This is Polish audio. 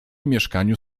mieszkaniu